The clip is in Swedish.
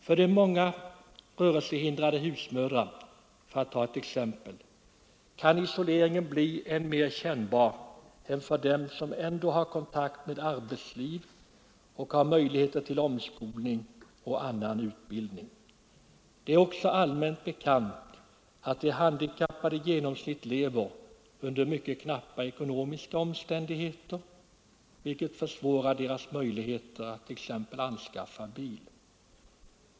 För de många rörelsehindrade husmödrarna — för att ta ett exempel — kan isoleringen bli än mer kännbar än för dem som ändå har kontakt med arbetslivet och har möjligheter till omskolning och annan utbildning. Det är också allmänt bekant att de handikappade i genomsnitt lever under mycket knappa ekonomiska omständigheter, vilket försvårar deras möjligheter att t.ex. anskaffa bil.